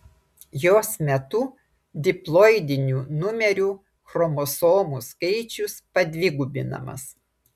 jos metu diploidinių numerių chromosomų skaičius padvigubinamas